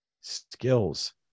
Skills